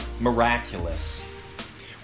Miraculous